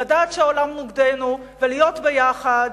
לדעת שהעולם נגדנו ולהיות ביחד,